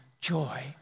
joy